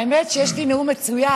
האמת היא שיש לי נאום מצוין,